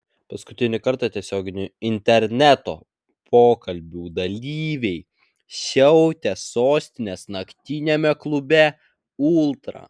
paskutinį kartą tiesioginių interneto pokalbių dalyviai siautė sostinės naktiniame klube ultra